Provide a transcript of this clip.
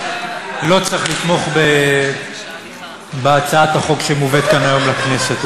לא צריך לתמוך בהצעת החוק שמובאת כאן היום לכנסת.